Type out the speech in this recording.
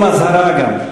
זה טרום-אזהרה גם.